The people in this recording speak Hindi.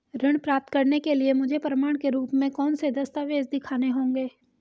ऋण प्राप्त करने के लिए मुझे प्रमाण के रूप में कौन से दस्तावेज़ दिखाने होंगे?